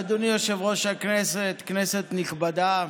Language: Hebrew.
אדוני יושב-ראש הכנסת, כנסת נכבדה,